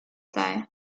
sei